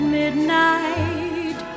midnight